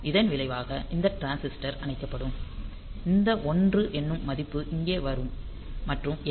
இதன் விளைவாக இந்த டிரான்சிஸ்டர் அணைக்கப்படும் இந்த 1 என்னும் மதிப்பு இங்கே வரும் மற்றும் எல்